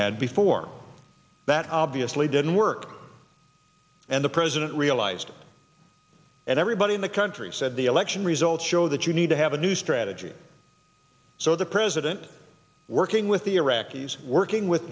had before that obviously didn't work and the president realized and everybody in the country said the election results show that you need to have a new strategy so the president working with the iraqis working with